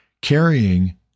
carrying